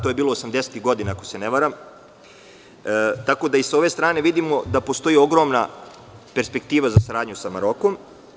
To je bilo 80-ih godina, ako se ne varam, tako da i sa ove strane vidimo da postoji ogromna perspektiva za saradnju sa Marokom.